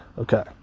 Okay